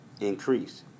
increase